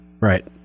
Right